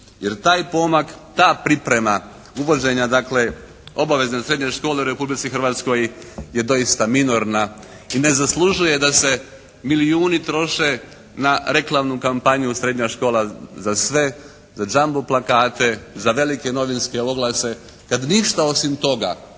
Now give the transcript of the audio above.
Jer taj pomak, ta priprema uvođenja dakle obavezne srednje škole u Republici Hrvatskoj je doista minorna i ne zaslužuje da se milijuni troše na reklamnu kampanju u "Srednja škola za sve", za jumbo plakate, za velike novinske oglase, kad ništa osim toga,